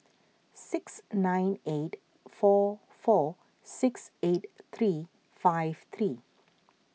six nine eight four four six eight three five three